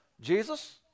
Jesus